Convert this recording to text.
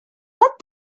what